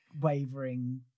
wavering